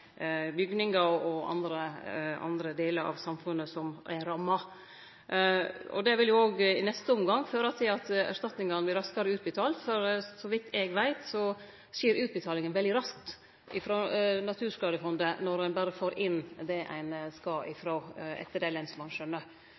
bygningar og andre delar av samfunnet som er ramma. Det vil i neste omgang òg føre til at erstatningane vert raskare utbetalt, for så vidt eg veit skjer utbetalinga frå Naturskadefondet veldig raskt når ein berre får inn det ein skal, etter lensmannsskjønet. Det